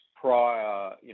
prior